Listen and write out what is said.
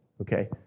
Okay